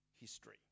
history